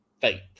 faith